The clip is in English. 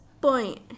point